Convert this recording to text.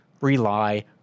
rely